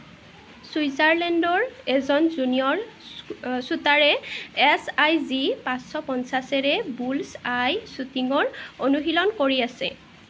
ছুইজাৰলেণ্ডৰ এজন জুনিয়ৰ শো শ্বুটাৰে এছ আই জি পাঁচশ পঞ্চাছেৰে বুলছ আই শ্বুটিঙৰ অনুশীলন কৰি আছে